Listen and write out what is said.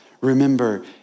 remember